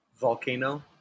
volcano